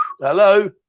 hello